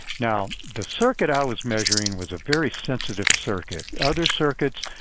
now, the circuit i was measuring was a very sensitive circuit. other circuits,